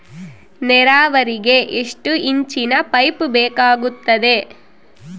ನೇರಾವರಿಗೆ ಎಷ್ಟು ಇಂಚಿನ ಪೈಪ್ ಬೇಕಾಗುತ್ತದೆ?